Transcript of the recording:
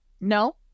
No